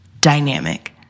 dynamic